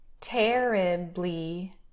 terribly